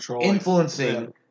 influencing